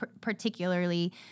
Particularly